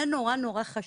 זה מאוד מאוד חשוב.